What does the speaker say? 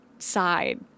side